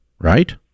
Right